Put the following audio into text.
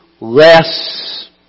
less